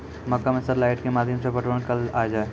मक्का मैं sir light के माध्यम से पटवन कल आ जाए?